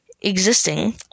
existing